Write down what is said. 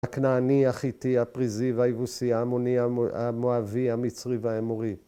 הכנעני, החיטי, הפריזי והיבוסי, העמוני, המואבי, המצרי והאמורי.